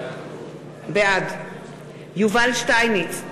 בעד יובל שטייניץ,